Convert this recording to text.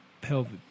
pelvic